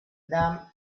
dam